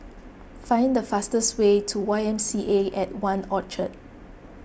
find the fastest way to Y M C A at one Orchard